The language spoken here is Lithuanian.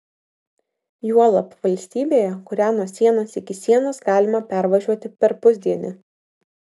juolab valstybėje kurią nuo sienos iki sienos galima pervažiuoti per pusdienį